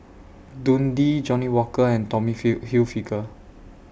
Dundee Johnnie Walker and Tommy Hill Hilfiger